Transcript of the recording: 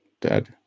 Dead